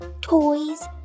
Toys